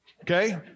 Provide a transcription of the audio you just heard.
Okay